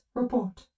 report